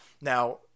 Now